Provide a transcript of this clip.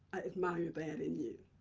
admire that in you.